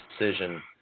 decision